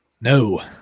No